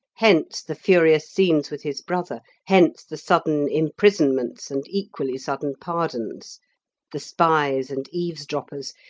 hence the furious scenes with his brother hence the sudden imprisonments and equally sudden pardons the spies and eavesdroppers,